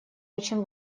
очень